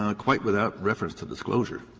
ah quite without reference to disclosure.